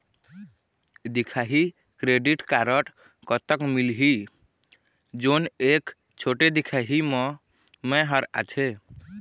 दिखाही credit card कतक मिलही जोन एक छोटे दिखाही म मैं हर आथे?